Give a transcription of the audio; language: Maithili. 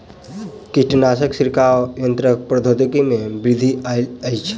कीटनाशक छिड़काव यन्त्रक प्रौद्योगिकी में वृद्धि आयल अछि